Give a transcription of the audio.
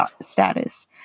status